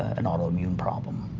an autoimmune problem.